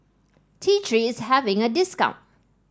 T Three is having a discount